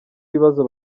ibibazo